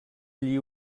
allí